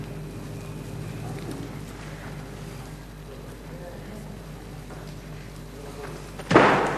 ההצעה להעביר את הנושא לוועדה שתקבע ועדת הכנסת נתקבלה.